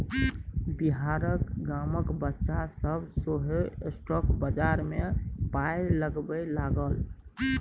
बिहारक गामक बच्चा सभ सेहो स्टॉक बजार मे पाय लगबै लागल